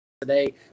today